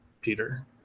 Peter